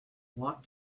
want